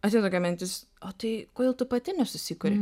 atėjo tokia mintis o tai kodėl tu pati nesusikuri